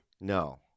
No